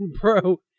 bro